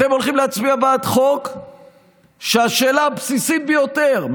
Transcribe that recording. אתם הולכים להצביע בעד חוק שהשאלה הבסיסית ביותר,